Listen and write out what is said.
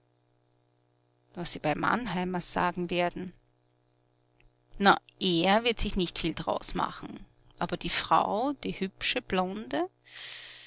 was sie bei mannheimers sagen werden na er wird sich nicht viel d'raus machen aber die frau die hübsche blonde